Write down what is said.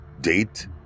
Date